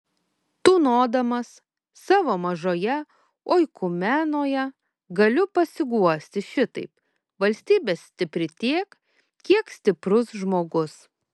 tūnodamas savo mažoje oikumenoje galiu pasiguosti šitaip valstybė stipri tiek kiek stiprus žmogus